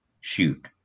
shoot